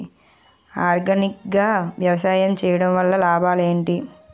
Organic గా వ్యవసాయం చేయడం వల్ల లాభాలు ఏంటి?